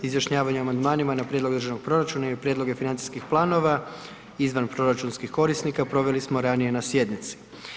Izjašnjavanje o amandmanima na Prijedlog državnog proračuna i prijedloge financijskih planova izvanproračunskih korisnika proveli smo ranije na sjednici.